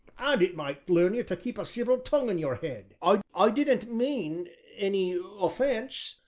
and it might learn ye to keep a civil tongue in your head. i i didn't mean any offence.